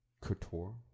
couture